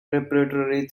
repertory